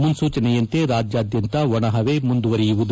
ಮುನ್ನೂಚನೆಯಂತೆ ರಾಜ್ಯಾದ್ಯಂತ ಒಣ ಹವೆ ಮುಂದುವರಿಯುವುದು